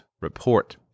report